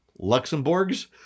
Luxembourgs